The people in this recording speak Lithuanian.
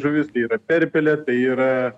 žuvis tai yra perpelė tai yra